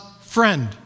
friend